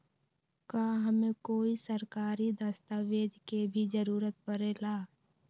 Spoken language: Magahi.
का हमे कोई सरकारी दस्तावेज के भी जरूरत परे ला?